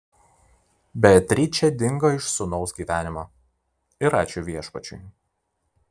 beatričė dingo iš sūnaus gyvenimo ir ačiū viešpačiui